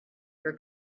your